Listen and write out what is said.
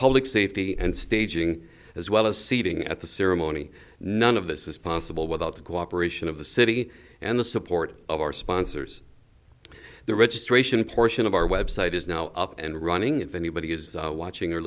public safety and staging as well as seating at the ceremony none of this is possible without the cooperation of the city and the support of our sponsors the registration portion of our website is now up and running if anybody has the watching or